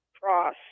cross